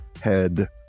head